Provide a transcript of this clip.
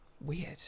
Weird